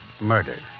murdered